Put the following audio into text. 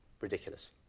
ridiculous